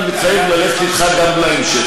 אני מתחייב ללכת אתך גם להמשך.